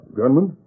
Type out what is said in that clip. Gunman